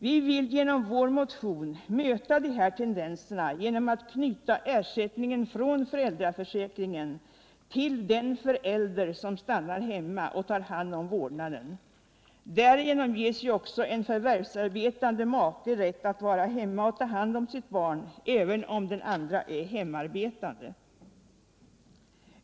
Vi vill genom vår motion möta de här tendenserna genom att knyta ersättningen från föräldraförsäkringen till den förälder som stannar hemma och har vårdnaden. Därigenom ges också en förvärvsarbetande make rätt att vara hemma och ta hand om sitt barn, även om den andra maken är hemarbetande.